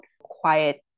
quiet